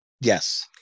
Yes